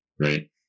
Right